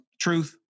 truth